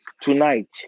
tonight